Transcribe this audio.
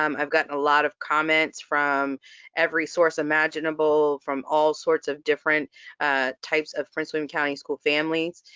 um i've gotten a lot of comments from every source imaginable, from all sorts of different types of prince william county school families,